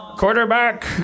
Quarterback